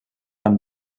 amb